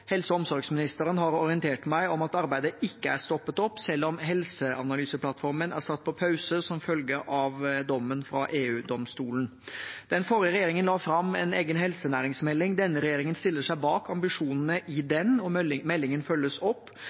Helse- og omsorgsministeren har orientert meg om at arbeidet ikke er stoppet opp, selv om helseanalyseplattformen er satt på pause som følge av dommen fra EU-domstolen. Den forrige regjeringen la fram en egen helsenæringsmelding. Denne regjeringen stiller seg bak ambisjonene i den, og meldingen følges opp.